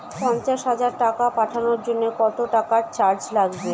পণ্চাশ হাজার টাকা পাঠানোর জন্য কত টাকা চার্জ লাগবে?